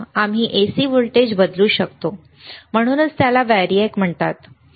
आम्ही AC voltage बदलू शकतो म्हणूनच त्याला व्हेरिएक म्हणतात